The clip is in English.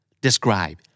Describe